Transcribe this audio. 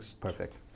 Perfect